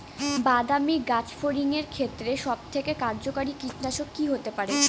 বাদামী গাছফড়িঙের ক্ষেত্রে সবথেকে কার্যকরী কীটনাশক কি হতে পারে?